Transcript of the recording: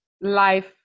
life